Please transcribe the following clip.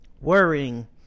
worrying